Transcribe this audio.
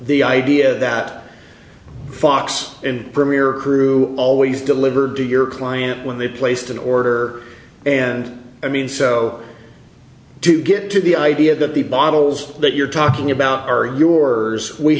the idea that fox and premier crew always delivered to your client when they placed an order and i mean so do you get to the idea that the bottles that you're talking about are yours we